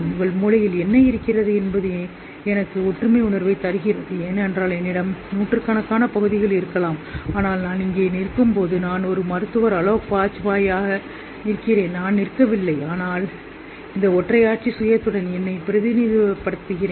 உங்கள் மூளையில் என்ன இருக்கிறது என்பது எனக்கு ஒற்றுமை உணர்வைத் தருகிறது ஏனென்றால் என்னிடம் நூற்றுக்கணக்கான பகுதிகள் இருக்கலாம் ஆனால் நான் இங்கே நிற்கும்போது நான் ஒரு மருத்துவர் அலோக் பாஜ்பாயாக நிற்கிறேன் நான் நிற்கவில்லை ஆனால் இந்த ஒற்றையாட்சி சுயத்துடன் என்னை பிரதிநிதித்துவப்படுத்துகிறேன்